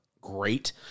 great